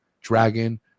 Dragon